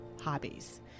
hobbies